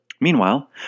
Meanwhile